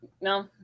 no